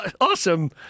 awesome